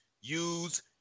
use